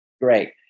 great